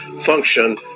function